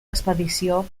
expedició